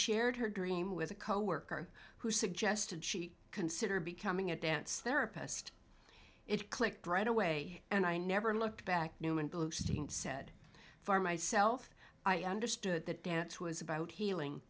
shared her dream with a coworker who suggested she consider becoming a dance therapist it clicked right away and i never looked back newman boosting said for myself i understood that dance was about healing